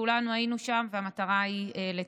כולנו היינו שם, והמטרה היא לתקן.